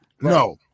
No